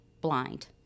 blind